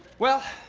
well,